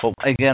again